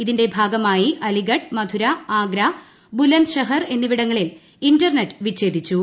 ഇതിന്റെ ഭാഗമായി അലിഗഡ് മഥുര ആഗ്ര ബുലന്ദ്ഷഹർ എന്നിവിടങ്ങളിൽ ഇന്റർനെറ്റ് വിച്ഛേദിച്ചു